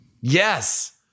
Yes